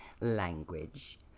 language